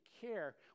care